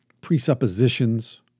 presuppositions